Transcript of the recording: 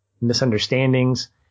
misunderstandings